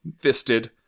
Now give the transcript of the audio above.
fisted